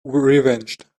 revenged